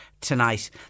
tonight